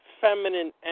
feminine